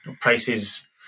prices